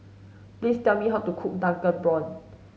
please tell me how to cook drunken prawns